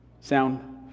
sound